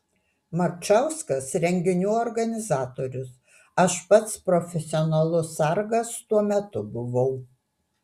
marčauskas renginių organizatorius aš pats profesionalus sargas tuo metu buvau